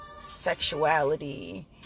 sexuality